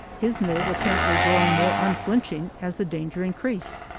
his nerve apparently growing more unflinching as the danger increased.